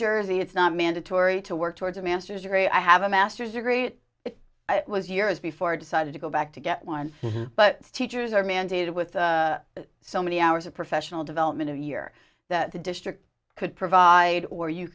jersey it's not mandatory to work towards a master's degree i have a master's degree it was years before i decided to go back to get one but teachers are mandated with so many hours of professional development in year that the district could provide or you